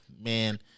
man